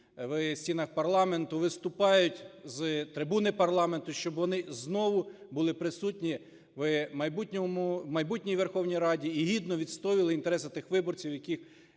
в стінах парламенту, виступають з трибуни парламенту, щоб вони знову були присутні в майбутньому... в майбутній Верховній Раді і гідно відстоювали інтереси тих виборців, які